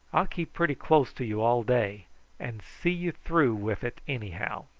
i'll keep pretty close to you all day and see you through with it anyhow.